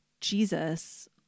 Jesus